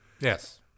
Yes